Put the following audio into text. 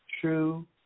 true